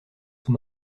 sous